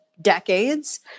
decades